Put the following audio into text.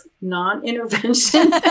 non-intervention